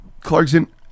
Clarkson